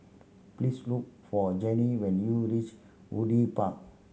please look for Janine when you reach Woodleigh Park